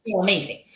amazing